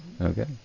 Okay